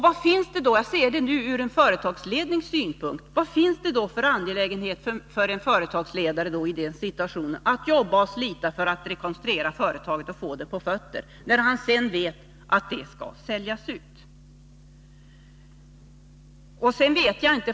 Vad finns det — om vi ser det ur en företagslednings synpunkt — för anledning för en företagsledare att i denna situation jobba och slita för att rekonstruera och få företaget på fötter, när han vet att det sedan skall säljas ut?